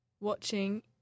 watching